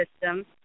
system